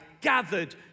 gathered